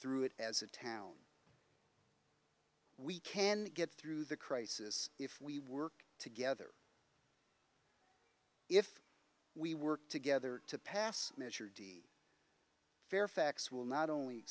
through it as a town we can get through the crisis if we work together if we work together to pass a measure d fairfax will not only